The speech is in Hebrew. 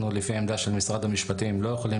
אנחנו לפי העמדה של משרד המשפטים לא יכולים